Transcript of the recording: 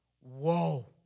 whoa